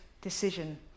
decision